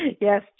yes